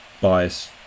bias